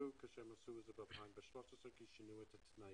שחשבו כשהם עשו את זה ב-2013 כי שינו את התנאים.